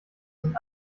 den